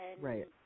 Right